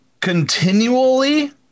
continually